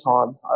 time